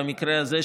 במקרה הזה,